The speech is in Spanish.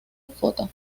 photo